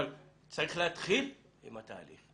אבל צריך להתחיל עם התהליך.